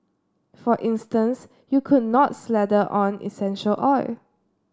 for instance you could not slather on essential oil